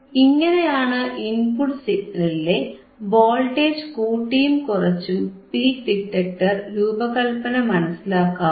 ഇങ്ങനെയാണ് ഇൻപുട്ട് സിഗ്നലിലെ വോൾട്ടേജ് കൂട്ടിയും കുറച്ചും പീക്ക് ഡിറ്റക്ടർ രൂപകല്പന മനസിലാക്കാവുന്നത്